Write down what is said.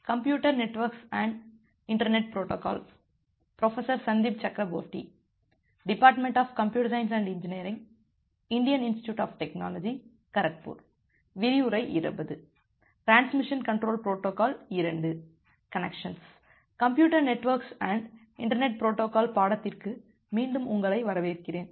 computer networks and internet protocol பாடத்திற்கு மீண்டும் உங்களை வரவேற்கிறேன்